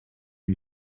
you